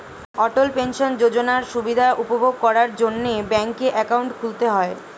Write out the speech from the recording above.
অটল pension যোজনার সুবিধা উপভোগ করার জন্যে ব্যাংকে অ্যাকাউন্ট খুলতে হয়